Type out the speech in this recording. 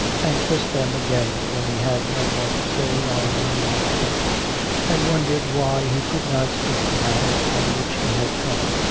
and kissed them again when he had no more to say on any one point and wondered why he could not speak of the matter on which he had come,